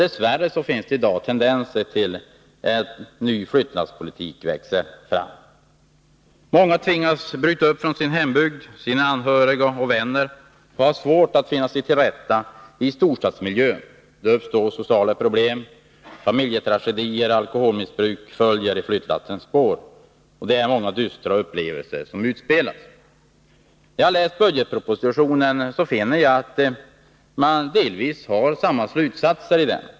Dess värre finns det i dag tendenser till att en ny flyttlasspolitik håller på att växa fram. Många som tvingas bryta upp från sin hembygd, sina anhöriga och vänner har svårt att finna sig till rätta i storstadsmiljön. Det uppstår sociala problem. Familjetragedier och alkoholmissbruk följer i flyttlassens spår. Det är många dystra upplevelser som utspelas. Jag har läst i budgetpropositionen och finner att man delvis drar samma slutsatser i den.